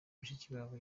mushikiwabo